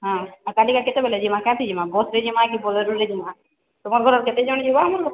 ହଁ ଆଉ କାଲି ଏକା କେତେବେଳେ ଜିମା ରାତି ଯିବା ବସ୍ରେ ଜିମା କି ବୋଲେରରେ ଜିମା ତମର ଘରୁ କେତେଜଣ ଯିବେ